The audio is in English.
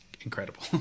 incredible